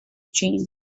change